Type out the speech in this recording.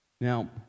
Now